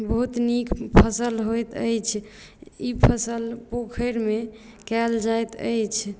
बहुत नीक फसल होइत अछि ई फसल पोखरिमे कयल जाइत अछि